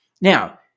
Now